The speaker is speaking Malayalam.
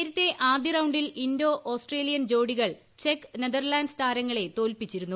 നേരത്തെ ആദ്യറൌണ്ടിൽ ഇന്തോ ഓസ്ട്രേലിയൻ ജോഡികൾ ചെക്ക് നെതർലാന്റ്സ് താരങ്ങളെ തോൽപ്പിച്ചിരുന്നു